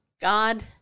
God